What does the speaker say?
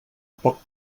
poc